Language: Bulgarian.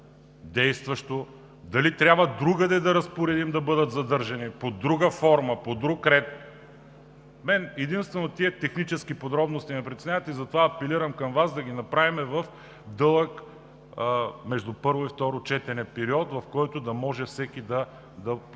действащо, дали трябва другаде да разпоредим да бъдат задържани и под друга форма, по друг ред – мен единствено тези технически подробности ме притесняват? Затова апелирам към Вас да ги направим в дълъг период между първо и второ четене, в който да може всеки да даде